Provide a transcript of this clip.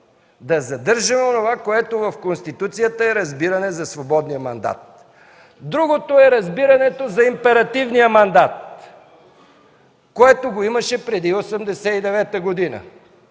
да задържаме онова, което в Конституцията е разбиране за свободния мандат. Другото е разбирането за императивния мандат, което го имаше преди 1989 г.,